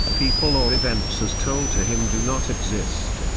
people or events as told to him do not exist.